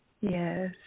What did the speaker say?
Yes